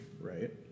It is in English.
right